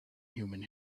human